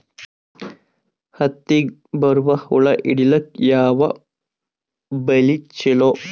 ಹತ್ತಿಗ ಬರುವ ಹುಳ ಹಿಡೀಲಿಕ ಯಾವ ಬಲಿ ಚಲೋ?